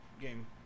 game